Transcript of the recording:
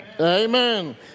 Amen